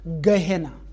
Gehenna